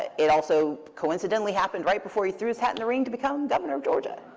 it also coincidentally happened right before he threw his hat in the ring to become governor of georgia.